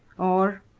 or,